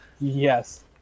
Yes